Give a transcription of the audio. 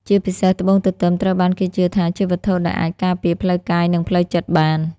ជាពិសេស ត្បូងទទឹមត្រូវបានគេជឿថាជាវត្ថុដែលអាចការពារផ្លូវកាយនិងផ្លូវចិត្តបាន។